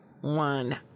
one